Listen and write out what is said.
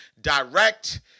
direct